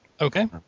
Okay